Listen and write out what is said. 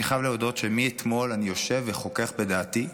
אני חייב להודות שמאתמול אני יושב וחוכך בדעתי,